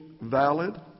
valid